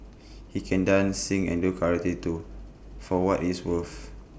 he can dance sing and do karate too for what it's worth